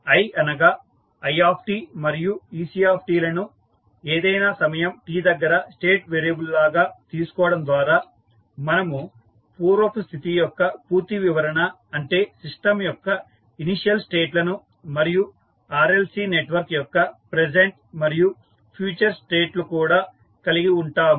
i అనగా i మరియు ectలను ఏదైనా సమయం t దగ్గర స్టేట్ వేరియబుల్ లగా తీసుకోవడం ద్వారా మనము పూర్వపు స్థితి యొక్క పూర్తి వివరణ అంటే సిస్టం యొక్క ఇనీషియల్ స్టేట్ లను మరియు RLC నెట్వర్క్ యొక్క ప్రజెంట్ మరియు ఫ్యూచర్ స్టేట్ లు కూడా కలిగి ఉంటాము